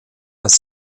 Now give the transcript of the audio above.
als